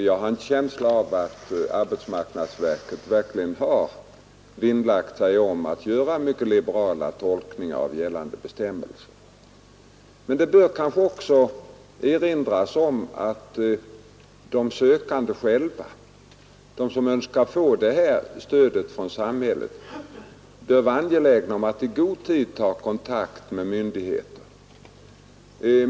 Jag har en känsla av att arbetsmarknadsverket verkligen har vinnlagt sig om att göra mycket liberala tolkningar av gällande bestämmelser. Men det bör kanske också erinras om att de sökande själva, de som önskar få detta stöd från samhället, i god tid skall ta kontakt med myndigheter.